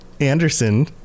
Anderson